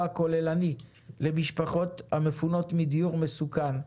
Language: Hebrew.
כוללני למשפחות המפונות מדיור מסוכן,